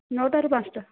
ନଅଟାରୁ ପାଞ୍ଚଟା